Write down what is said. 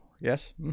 yes